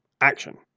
Action